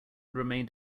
remained